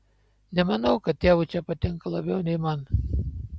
nemanau kad tėvui čia patinka labiau nei man